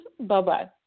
Bye-bye